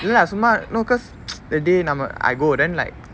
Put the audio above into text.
இல்லை சும்மா:illai summa no cause that day நம்ம:namma I go then like